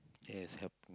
there is help